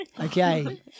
Okay